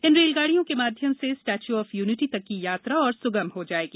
इन रेलगाड़ियों के माध्यम से स्टैच्यू ऑफ यूनिटी तक की यात्रा और सुगम हो जाएगी